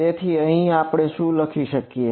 તેથી અહીંથી આપણે શું લખી શકીએ